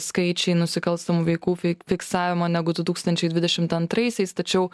skaičiai nusikalstamų veikų fei fiksavimo negu du tūkstančiai dvidešimt antraisiais tačiau